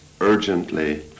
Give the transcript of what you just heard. urgently